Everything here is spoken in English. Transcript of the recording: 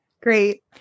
Great